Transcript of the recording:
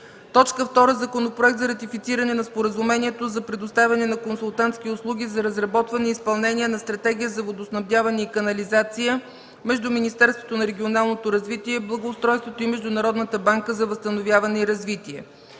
2. Законопроект за ратифициране на Споразумението за предоставяне на консултантски услуги за разработване и изпълнение на Стратегия за водоснабдяване и канализация между Министерството на регионалното развитие и благоустройството и Международната банка за възстановяване и развитие.